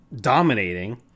dominating